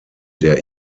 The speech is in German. der